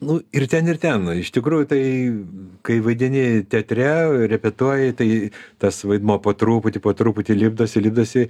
nu ir ten ir ten iš tikrųjų tai kai vaidini teatre repetuoji tai tas vaidmuo po truputį po truputį lipdosi lipdosi